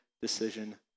decision